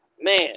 man